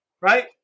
Right